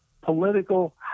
political